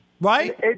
Right